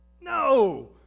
No